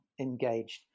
engaged